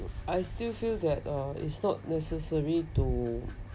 I still feel that uh it's not necessary to